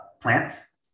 plants